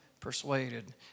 persuaded